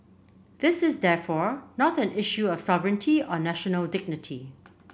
this is therefore not an issue of sovereignty or national dignity